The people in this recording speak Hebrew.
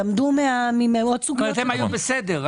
כלומר הם היו בסדר.